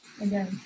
Again